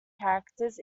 characters